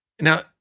Now